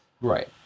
Right